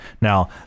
Now